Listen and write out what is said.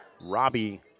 Robbie